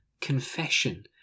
confession